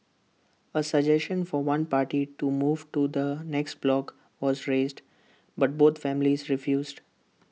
A suggestion for one party to move to the next block was raised but both families refused